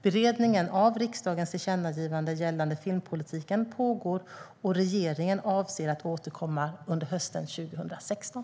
Beredningen av riksdagens tillkännagivanden gällande filmpolitiken pågår, och regeringen avser att återkomma under hösten 2016.